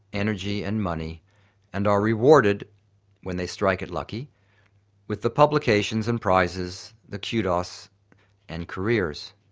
energy and money and are rewarded when they strike it lucky with the publications and prizes, the kudos and careers.